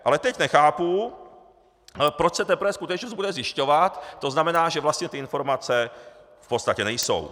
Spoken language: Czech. Ale teď nechápu, proč se teprve skutečnost bude zjišťovat, tzn., že vlastně ty informace v podstatě nejsou.